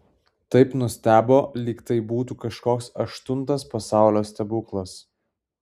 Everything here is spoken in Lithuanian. taip nustebo lyg tai būtų kažkoks aštuntas pasaulio stebuklas